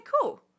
cool